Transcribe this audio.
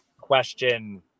question